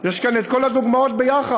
כמו בכביש 431. יש כאן כל הדוגמאות ביחד.